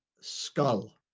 skull